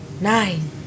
Nine